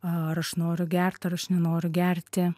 ar aš noriu gert ar aš nenoriu gerti